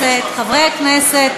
חברי הכנסת, חברי הכנסת.